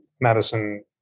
Madison